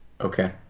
okay